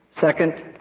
Second